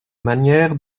manière